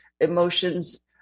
emotions